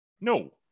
No